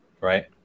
Right